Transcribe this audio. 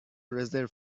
رزرو